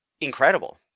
incredible